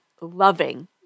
loving